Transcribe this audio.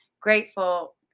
grateful